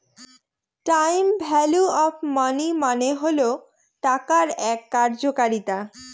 time value of money মানে হল টাকার এক কার্যকারিতা